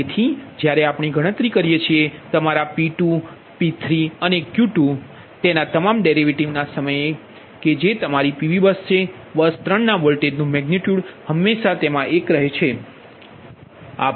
તેથી જ્યારે આપણે ગણતરી કરીએ છીએ તમારા P2 P2P3અને Q2અને તેના તમામ ડેરિવેટિવના સમયની કે જે તમારી PV બસ છે બસ 3 ના વોલ્ટેજનુ મેગનિટયુડ હંમેશા તેમાં 1 છે